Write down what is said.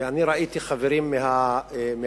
ואני ראיתי חברים מהליכוד